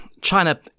China